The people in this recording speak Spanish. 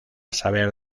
saber